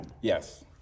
yes